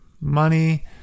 money